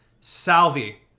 Salvi